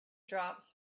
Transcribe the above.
drops